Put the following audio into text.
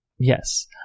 Yes